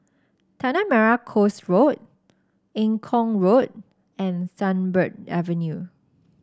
Tanah Merah Coast Road Eng Kong Road and Sunbird Avenue